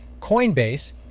Coinbase